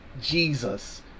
Jesus